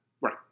Right